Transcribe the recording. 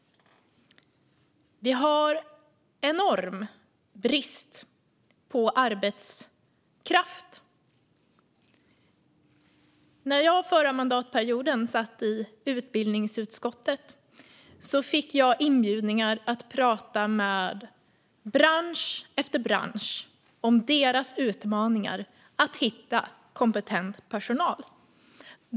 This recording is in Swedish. Vi har enorm brist på arbetskraft. När jag under förra mandatperioden satt i utbildningsutskottet fick jag inbjudningar till att prata med bransch efter bransch om deras utmaningar med att hitta kompetent personal.